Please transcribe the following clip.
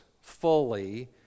fully